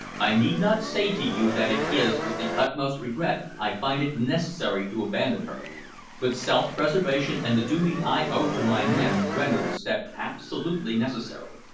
i need not say to you that it is with the utmost regret i find it necessary to abandon her but self-preservation and the duty i owe to my men render the step absolutely necessary.